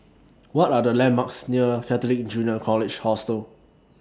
What Are The landmarks near Catholic Junior College Hostel